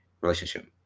relationship